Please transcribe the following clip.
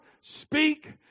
speak